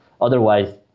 Otherwise